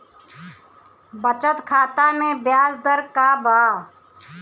बचत खाता मे ब्याज दर का बा?